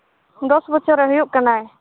ᱫᱚᱥ ᱵᱚᱪᱷᱚᱨᱮᱭ ᱦᱩᱭᱩᱜ ᱠᱟᱱᱟᱭ